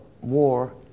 war